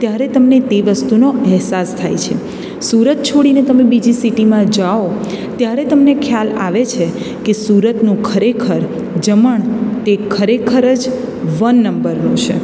ત્યારે તમને તે વસ્તુનો અહેસાસ થાય છે સુરત છોડીને તમે બીજી સિટીમાં જાઓ ત્યારે તમને ખ્યાલ આવે છે કે સુરતનું ખરેખર જમણ તે ખરેખર જ વન નંબરનું છે